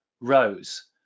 rows